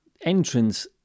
entrance